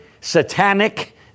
satanic